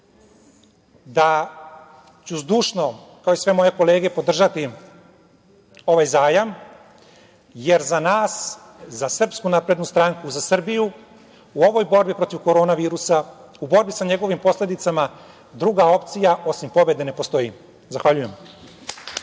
da ću zdušno, kao i sve moje kolege, podržati ovaj zajam, jer za nas, za SNS, za Srbiju u ovoj borbi protiv korona virusa, u borbi sa njegovim posledicama druga opcija osim pobede ne postoji. Zahvaljujem.